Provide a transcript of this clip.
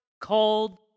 called